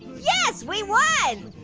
yes we won.